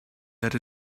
that